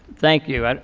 thank you.